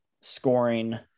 scoring